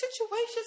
situations